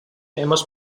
hemos